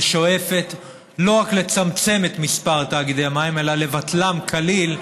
ששואפת לא רק לצמצם את מספר תאגידי המים אלא לבטלם כליל,